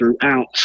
throughout